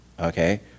okay